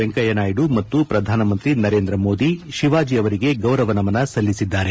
ವೆಂಕಯ್ಯ ನಾಯ್ಡು ಮತ್ತು ಪ್ರಧಾನಮಂತ್ರಿ ನರೇಂದ್ರ ಮೋದಿ ಶಿವಾಜಿ ಅವರಿಗೆ ಗೌರವ ನಮನ ಸಲ್ಲಿಸಿದ್ದಾರೆ